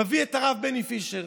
מביא את הרב בני פישר.